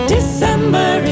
December